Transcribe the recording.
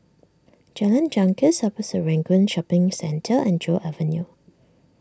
Jalan Janggus Upper Serangoon Shopping Centre and Joo Avenue